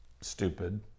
stupid